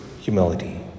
humility